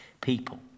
people